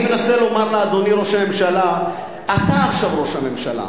אני מנסה לומר לאדוני ראש הממשלה: אתה עכשיו ראש הממשלה.